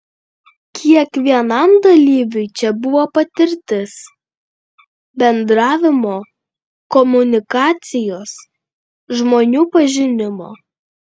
kiekvienam dalyviui čia buvo patirtis bendravimo komunikacijos žmonių pažinimo